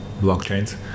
blockchains